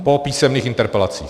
Po písemných interpelacích.